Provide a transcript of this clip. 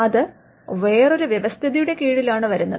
അത് വേറൊരു വ്യവസ്ഥിതിയുടെ കീഴിലാണ് വരുന്നത്